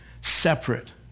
Separate